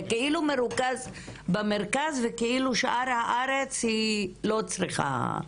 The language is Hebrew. זה כאילו מרוכז במרכז ושאר הארץ לא צריכה.